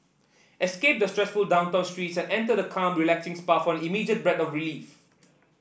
escape the stressful downtown streets and enter the calm relaxing spa for an immediate breath of relief